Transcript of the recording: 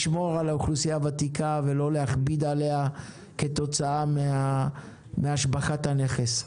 לשמור על האוכלוסייה הוותיקה ולא להכביד עליה כתוצאה מהשבחת הנכס.